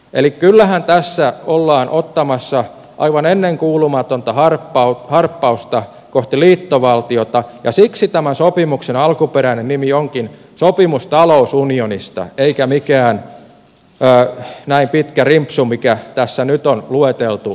eli kyllähän tässä ollaan ottamassa aivan ennenkuulumatonta harppausta kohti liittovaltiota ja siksi tämän sopimuksen alkuperäinen nimi onkin sopimus talousunionista eikä mikään näin pitkä rimpsu mikä tässä nyt on lueteltu